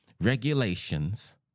regulations